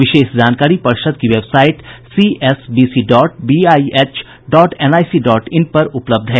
विशेष जानकारी पर्षद् की website C S B C dot B I H dot N I C dot in पर उपलब्ध है